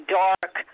dark